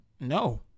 no